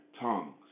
tongues